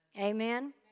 Amen